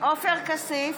עופר כסיף,